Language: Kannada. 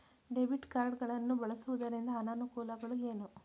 ಡೆಬಿಟ್ ಕಾರ್ಡ್ ಗಳನ್ನು ಬಳಸುವುದರ ಅನಾನುಕೂಲಗಳು ಏನು?